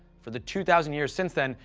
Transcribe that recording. for the two thousand years since then,